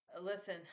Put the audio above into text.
Listen